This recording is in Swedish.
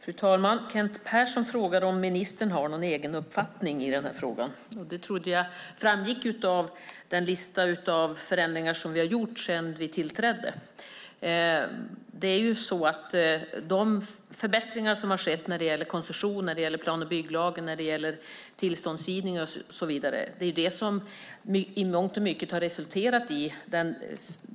Fru talman! Kent Persson frågade om ministern har någon egen uppfattning i denna fråga. Det trodde jag framgick av den lista med förändringar som gjorts sedan jag tillträdde. De förbättringar som har skett när det gäller koncession, plan och bygglagen, tillståndsgivning och så vidare har i mångt och mycket resulterat i den